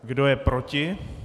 Kdo je proti?